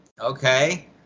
Okay